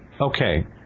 Okay